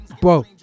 Bro